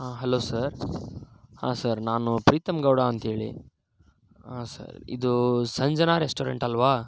ಹಾಂ hello sir ಹಾಂ sir ನಾನು ಪ್ರೀತಮ್ ಗೌಡ ಅಂಥೇಳಿ ಹಾಂ ಸರ್ ಇದೂ ಸಂಜನಾ ರೆಸ್ಟೋರೆಂಟ್ ಅಲ್ವಾ